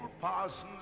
parson's